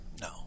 No